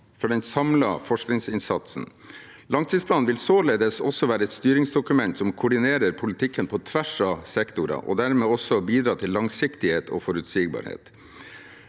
for den samlede forskningsinnsatsen. Langtidsplanen vil således også være et styringsdokument som koordinerer politikken på tvers av sektorer og dermed også bidrar til langsiktighet og forutsigbarhet.